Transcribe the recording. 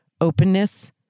openness